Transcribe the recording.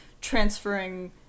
transferring